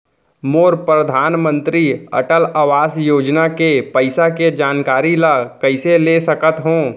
मोर परधानमंतरी अटल आवास योजना के पइसा के जानकारी ल कइसे ले सकत हो?